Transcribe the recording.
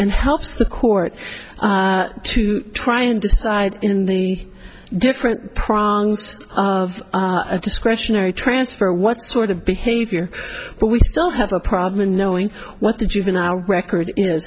and helps the court to try and decide in the different kronk's of a discretionary transfer what sort of behavior but we still have a problem in knowing what the juvenile record you know